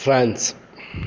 France